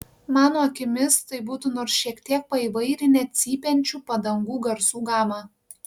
mano akimis tai būtų nors šiek tiek paįvairinę cypiančių padangų garsų gamą